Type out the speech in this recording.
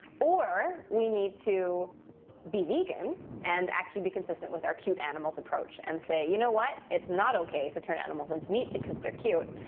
or we need to be vegan and actually be consistent with our cute animals approach and say, you know what? it's not okay to turn animals into meat because they're cute.